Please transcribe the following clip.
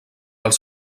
els